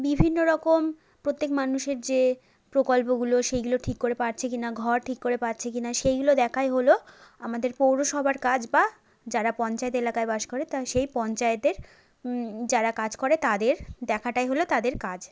বিভিন্ন রকম প্রত্যেক মানুষের যে প্রকল্পগুলো সেইগুলো ঠিক করে পাচ্ছে কিনা ঘর ঠিক করে পাচ্ছে কিনা সেইগুলো দেখাই হলো আমাদের পৌরসভার কাজ বা যারা পঞ্চায়েত এলাকায় বাস করে তা সেই পঞ্চায়েতের যারা কাজ করে তাদের দেখাটাই হলো তাদের কাজ